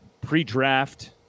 pre-draft